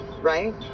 right